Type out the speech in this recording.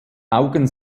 augen